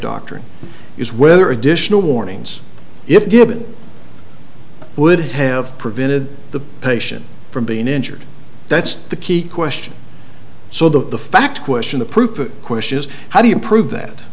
doctrine is whether additional warnings if given would have prevented the patient from being injured that's the key question so the fact question the proof question is how do you prove that